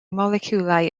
moleciwlau